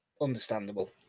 Understandable